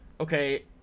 okay